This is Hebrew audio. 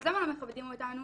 אז למה לא מכבדים אותנו?